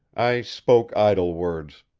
i spoke idle words.